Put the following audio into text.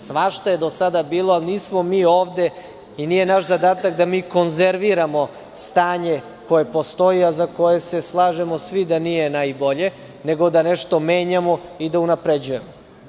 Svašta je do sada bilo, ali nismo mi ovde i nije naš zadatak da mi konzerviramo stanje koje postoji, a za koje se slažemo svi da nije najbolje, nego da nešto menjamo i da unapređujemo.